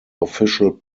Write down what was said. official